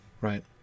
right